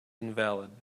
invalid